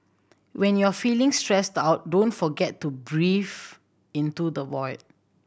when you are feeling stressed out don't forget to breathe into the void